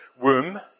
womb